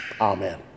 Amen